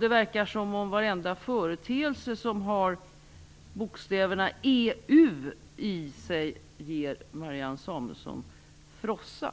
Det verkar som om varenda företeelse som innehåller bokstäverna E och U ger Marianne Samuelsson frossa.